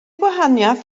gwahaniaeth